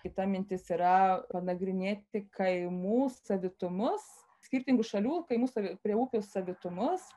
kita mintis yra panagrinėti kaimų savitumus skirtingų šalių kaimų sa prie upių savitumus